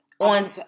On